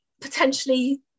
potentially